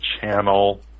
channel